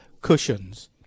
cushions